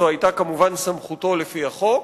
זו היתה כמובן סמכותו לפי החוק,